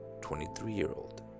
23-year-old